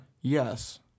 Yes